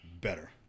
better